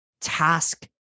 task